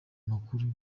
amakuru